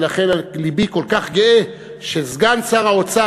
ולכן לבי כל כך גאה שסגן שר האוצר